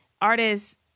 artists